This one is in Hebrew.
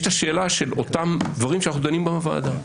יש את השאלה של אותם דברים שאנחנו דנים בהם בוועדה.